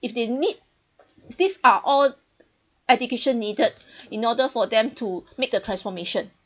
if they need these are all education needed in order for them to make the transformation